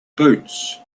boots